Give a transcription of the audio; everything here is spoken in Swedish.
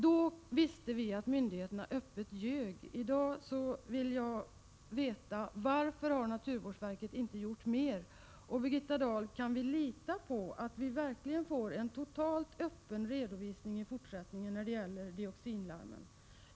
Då visste vi att myndigheterna öppet ljög. Nu vill jag veta varför naturvårdsverket inte gjort mera. Kan vi, Birgitta Dahl, verkligen lita på att vi i fortsättningen får en totalt öppen redovisning av dioxinanvändningen?